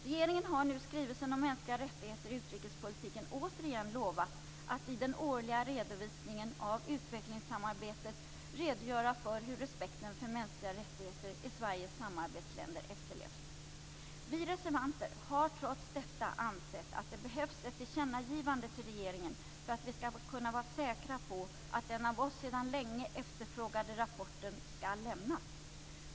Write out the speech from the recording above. Regeringen har nu i skrivelsen om mänskliga rättigheter i utrikespolitiken återigen lovat att i den årliga redovisningen av utvecklingssamarbetet redogöra för hur respekten för mänskliga rättigheter i Sveriges samarbetsländer efterlevs. Vi reservanter har trots detta ansett att det behövs ett tillkännagivande till regeringen för att vi skall kunna vara säkra på att den av oss sedan länge efterfrågade rapporten skall lämnas.